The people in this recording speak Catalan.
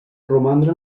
romandre